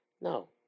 No